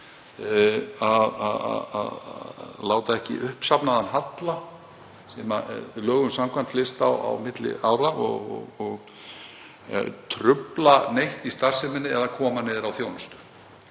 að láta ekki uppsafnaðan halla, sem lögum samkvæmt flyst á milli ára, trufla neitt í starfseminni eða koma niður á þjónustu.